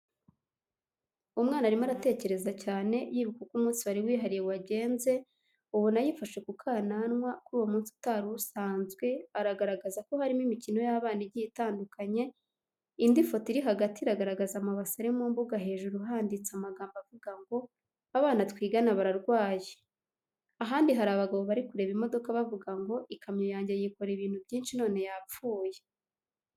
Umwana arimo aratekereza cyane yibuka uko umunsi wari wihariye wagenze, ubona yifashe ku kananwa, kuri uwo munsi utari usanzwe aragaragaza ko harimo imikino y'abana igiye itandukanye, indi foto iri hagati iragaragaza amabase ari mu mbuga hejuru handitse amagambo avuga ngo: "Abana twigana bararwaye". Ahandi hari abagabo bari kureba imodoka bavuga ngo "ikamyo yanjye yikoreye ibintu byinshi none yapfuye".